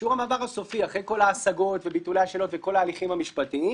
שיעור המעבר הסופי אחרי כל ההשגות וביטולי השאלות וכל ההליכים המשפטיים,